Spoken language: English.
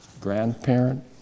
grandparent